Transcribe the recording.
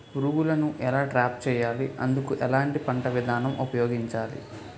పురుగులను ఎలా ట్రాప్ చేయాలి? అందుకు ఎలాంటి పంట విధానం ఉపయోగించాలీ?